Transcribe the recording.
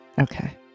Okay